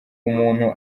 umuntu